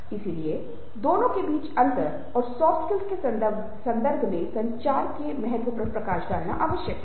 इसलिए दोनों के बीच अंतर और सॉफ्ट स्किल्स के संदर्भ में संचार के महत्व पर प्रकाश डालना आवश्यक है